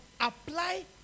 apply